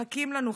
מחכים לנו,